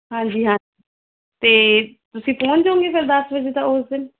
ਹਾਂਜੀ ਹਾਂਜੀ ਅਤੇ ਤੁਸੀਂ ਪਹੁੰਚ ਜੁੰਗੇ ਫੇਰ ਦਸ ਵਜੇ ਤਾਂ ਓਸ ਦਿਨ